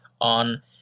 on